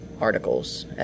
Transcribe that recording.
articles